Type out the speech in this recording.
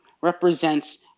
represents